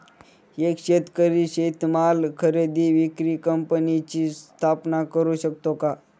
एक शेतकरी शेतीमाल खरेदी विक्री कंपनीची स्थापना करु शकतो का?